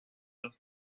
los